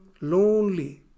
lonely